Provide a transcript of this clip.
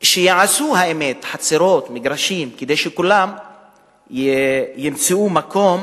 שיעשו חצרות, מגרשים, כדי שכולם ימצאו מקום